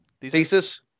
Thesis